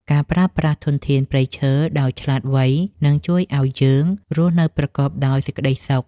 ការប្រើប្រាស់ធនធានព្រៃឈើដោយឆ្លាតវៃនឹងជួយឱ្យយើងរស់នៅប្រកបដោយសេចក្តីសុខ។